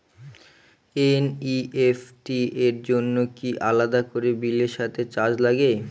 NEFT র জন্য কি আলাদা করে বিলের সাথে চার্জ লাগে?